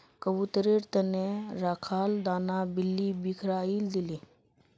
कबूतरेर त न रखाल दाना बिल्ली बिखरइ दिले